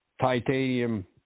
titanium